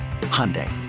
Hyundai